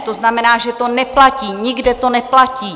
To znamená, že to neplatí, nikde to neplatí.